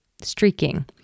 streaking